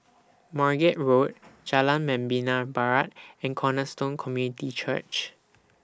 Margate Road Jalan Membina Barat and Cornerstone Community Church